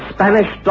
Spanish